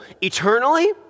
Eternally